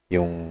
Yung